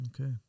Okay